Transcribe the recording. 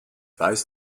weiß